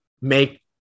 make